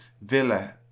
Villa